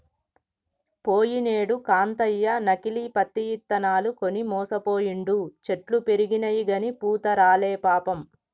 పోయినేడు కాంతయ్య నకిలీ పత్తి ఇత్తనాలు కొని మోసపోయిండు, చెట్లు పెరిగినయిగని పూత రాలే పాపం